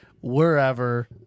wherever